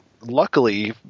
luckily